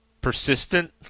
Persistent